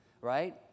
right